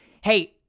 Hey